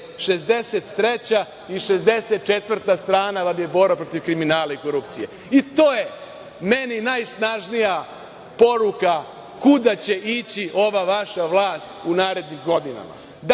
63. i 64. strana vam je borba protiv kriminala i korupcije. I to je meni najsnažnija poruka kuda će ići ova vaša vlast u narednim godinama. Dakle,